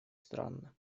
странно